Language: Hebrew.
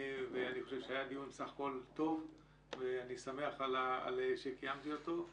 אני חושב שבסך הכול היה דיון טוב ואני שמח שקיימתי אותו.